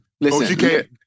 Listen